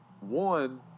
one